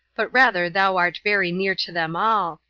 but rather thou art very near to them all,